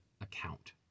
account